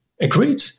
Agreed